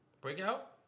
Breakout